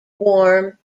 warm